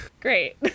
Great